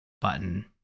button